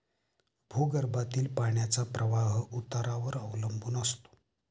भूगर्भातील पाण्याचा प्रवाह उतारावर अवलंबून असतो